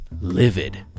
livid